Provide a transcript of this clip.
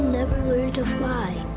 never learn to fly